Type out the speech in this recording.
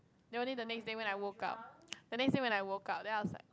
then only the next day when I woke up the next day when I woke up then I was like